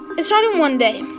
it started one day.